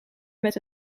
met